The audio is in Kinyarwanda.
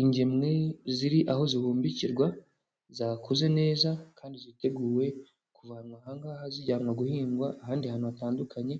Ingemwe ziri aho zihumbikirwa zakuze neza kandi ziteguwe kuvanwa aha ngaha zijyanwa guhingwa ahandi hantu hatandukanye,